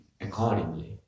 accordingly